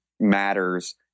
matters